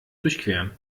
durchqueren